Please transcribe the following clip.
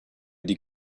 die